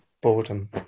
Boredom